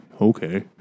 Okay